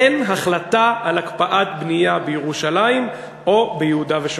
אין החלטה על הקפאת בנייה בירושלים או ביהודה ושומרון.